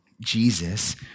Jesus